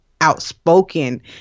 outspoken